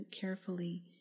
carefully